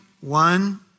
One